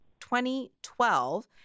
2012